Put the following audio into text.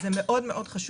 זה מאוד מאוד חשוב,